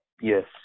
Yes